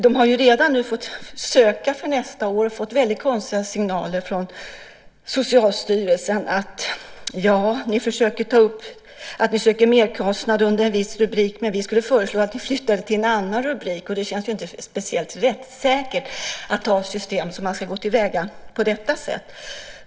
De som redan nu har fått söka bidrag för nästa år har fått väldigt konstiga signaler från Socialstyrelsen där man säger: Ni söker bidrag för merkostnad under en viss rubrik, men vi skulle föreslå att ni flyttar ansökan till en annan rubrik. Det känns inte speciellt rättssäkert att ha ett system där man ska gå till väga på detta sätt.